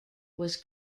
was